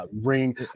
ring